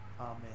Amen